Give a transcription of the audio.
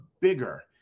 bigger